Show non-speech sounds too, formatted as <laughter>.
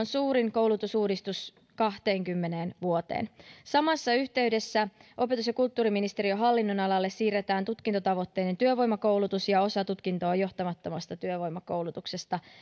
<unintelligible> suurin koulutusuudistus kahteenkymmeneen vuoteen samassa yhteydessä opetus ja kulttuuriministeriön hallinnonalalle siirretään tutkintotavoitteinen työvoimakoulutus ja osa tutkintoon johtamattomasta työvoimakoulutuksesta